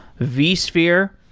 vsphere.